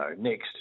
next